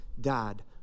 died